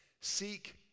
seek